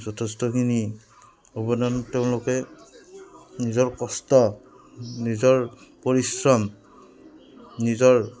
যথেষ্টখিনি অৱদান তেওঁলোকে নিজৰ কষ্ট নিজৰ পৰিশ্ৰম নিজৰ